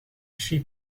she